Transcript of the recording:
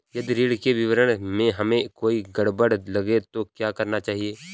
यदि ऋण के विवरण में हमें कोई गड़बड़ लगे तो क्या करना चाहिए?